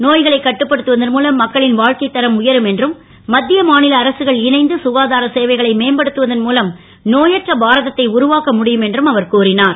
no களைக் கட்டுப்படுத்துவதன் மூலம் மக்களின் வா க்கைத் தரம் உயரும் என்றும் மத் ய மா ல அரசுகள் இணைந்து சுகாதாரச் சேவைகளை மேம்படுத்துவதன் மூலம் நோயற்ற பாரதத்தை உருவாக்க முடியும் என்று அவர் கூறினார்